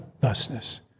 thusness